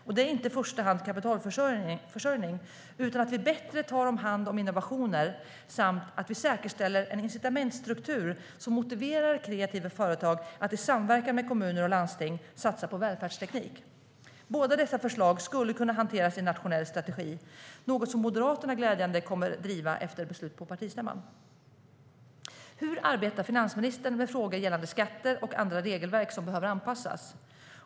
Det handlar inte i första hand om kapitalförsörjning utan om att vi bättre tar hand om innovationer samt att vi säkerställer en incitamentsstruktur som motiverar kreativa företag att i samverkan med kommuner och landsting satsa på välfärdsteknik. Båda dessa förslag skulle kunna hanteras i en nationell strategi, något som Moderaterna glädjande nog kommer att driva efter ett beslut på partistämman. Hur arbetar finansministern med frågor gällande skatter och andra regelverk som behöver anpassas?